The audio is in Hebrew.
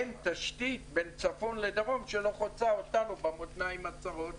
אין תשתית בין צפון לדרום שלא חוצה אותנו במותניים הצרות.